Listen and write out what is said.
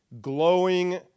glowing